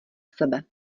sebe